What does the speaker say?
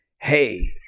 hey